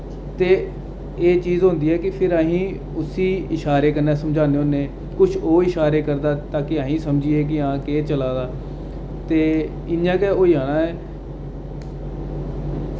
ते एह् चीज होंदी ऐ कि फ्ही अस उस्सी इशारे कन्नै समझान्ने होन्ने किश ओह् इशारे करदा तां जे अस समझी गे कि केह् चला दा ते इ'यां गै होई जाना ऐ